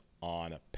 on